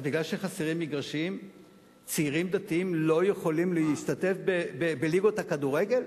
אז מכיוון שחסרים מגרשים צעירים דתיים לא יכולים להשתתף בליגות הכדורגל?